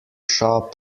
shop